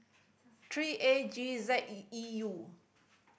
three A G Z E U